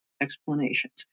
explanations